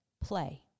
play